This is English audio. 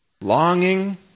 longing